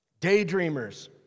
Daydreamers